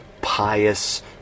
pious